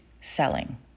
selling